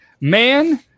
Man